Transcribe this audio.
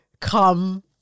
come